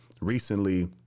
recently